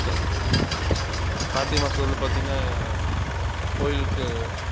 க கார்த்திகை மாதத்துல வந்து பார்த்திங்கனா கோயிலுக்கு